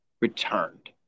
returned